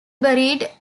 buried